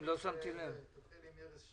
אני רוצה באופן כללי להגיד,